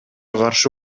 каршы